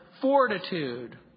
fortitude